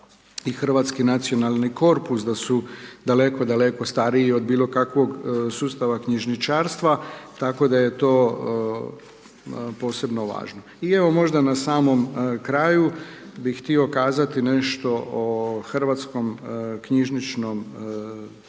Hrvatski nacionalni korpus da su daleko, daleko stariji od bilo kakvog sustava knjižničarstva tako da je to posebno važno. I evo možda na samom kraju bih htio kazati nešto o hrvatskom knjižničnom sustavu,